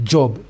Job